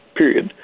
period